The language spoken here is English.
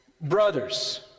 brothers